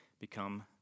become